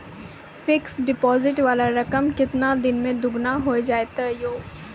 Fixed deposit वाला रकम केतना दिन मे दुगूना हो जाएत यो?